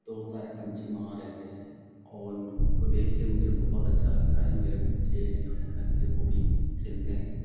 तो सारे पक्षी वहाँ रहते हैं और उनको देख कर मुझे बहुत अच्छा लगता है मेरे बच्चे हैं जो घर के वह भी खेलते हैं